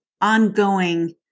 ongoing